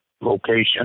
location